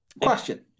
Question